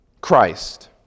christ